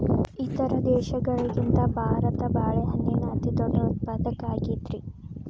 ಇತರ ದೇಶಗಳಿಗಿಂತ ಭಾರತ ಬಾಳೆಹಣ್ಣಿನ ಅತಿದೊಡ್ಡ ಉತ್ಪಾದಕ ಆಗೈತ್ರಿ